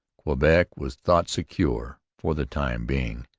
quebec was thought secure for the time being,